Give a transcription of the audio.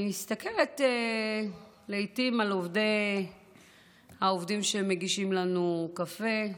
אני מסתכלת לעיתים על העובדים שמגישים לנו קפה,